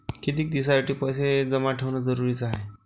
कितीक दिसासाठी पैसे जमा ठेवणं जरुरीच हाय?